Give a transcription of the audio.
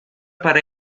para